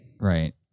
Right